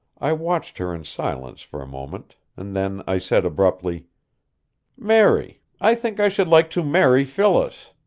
i watched her in silence for a moment, and then i said abruptly mary, i think i should like to marry phyllis.